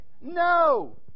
no